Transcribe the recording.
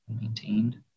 maintained